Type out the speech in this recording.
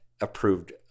approved